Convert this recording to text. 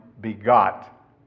begot